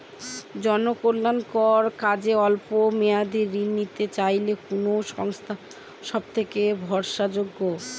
জনকল্যাণকর কাজে অল্প মেয়াদী ঋণ নিতে চাইলে কোন সংস্থা সবথেকে ভরসাযোগ্য?